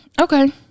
okay